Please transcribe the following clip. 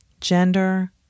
gender